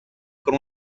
con